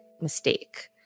mistake